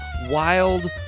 Wild